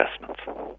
investments